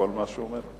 בכל מה שהוא אומר.